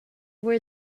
where